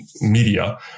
media